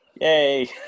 Yay